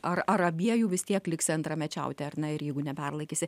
ar ar abiejų vis tiek liksi antramečiauti ar ne ir jeigu neperlaikysi